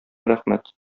рәхмәт